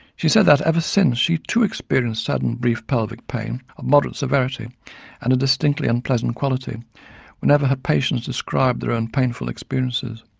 she said that ever since she too experienced sudden, brief pelvic pain of moderate severity and a distinctly unpleasant quality whenever her patients described their own painful experiences.